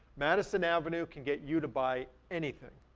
madison avenue can get you to buy anything,